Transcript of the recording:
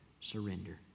surrender